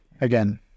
again